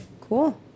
cool